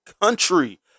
country